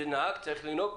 שנהג צריך לנהוג,